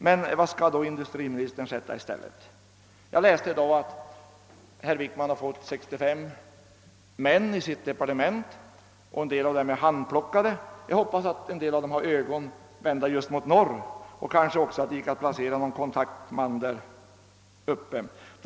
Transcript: Men vad skall industriministern sätta i stället? Jag läste i dag att herr Wickman har fått 65 man i sitt departement. En del av dem är handplockade. Jag hoppas att några av dem har blickarna riktade mot norr och att det eventuellt går att placera någon kontaktman där uppe.